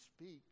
speak